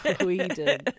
Sweden